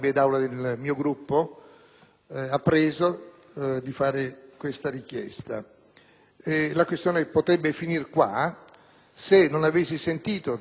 La questione potrebbe finire qua, se non avessi sentito dal senatore Quagliariello poco fa una denuncia di mancanza di lealtà.